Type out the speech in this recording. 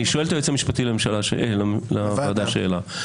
אני שואל את היועץ המשפטי לוועדה שאלה.